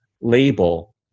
label